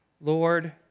Lord